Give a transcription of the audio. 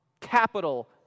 Capital